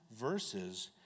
verses